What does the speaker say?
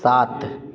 सात